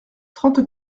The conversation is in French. trente